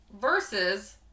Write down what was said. versus